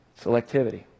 Selectivity